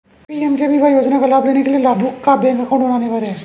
PMJBY योजना का लाभ लेने के लिया लाभुक का बैंक अकाउंट होना अनिवार्य है